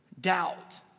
doubt